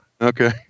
Okay